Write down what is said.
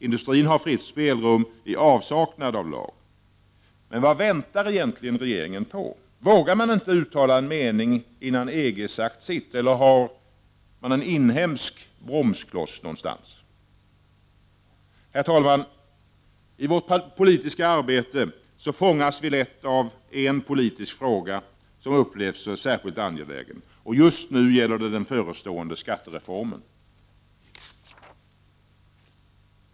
Industrin har fritt spelrum i avsaknad av lag. Vad väntar regeringen på? Vågar man inte uttala en mening innan EG sagt sitt, eller finns det en inhemsk bromskloss? Herr talman! I vårt politiska arbete fångas vi lätt av en politisk fråga som upplevs som särskilt angelägen, och just nu gäller det den förestående skattereformen.